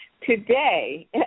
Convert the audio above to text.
Today